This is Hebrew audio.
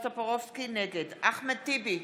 נגד אחמד טיבי,